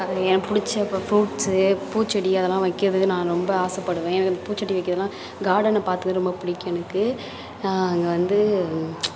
அதில் எனக்கு பிடிச்ச இப்போ ஃபுரூட்ஸு பூச்செடி அதெல்லாம் வைக்கிறது நான் ரொம்ப ஆசைப்படுவேன் எனக்கு அந்த பூச்செடி வைக்கிறதெல்லாம் கார்டனை பார்த்துக்க ரொம்ப பிடிக்கும் எனக்கு அங்கே வந்து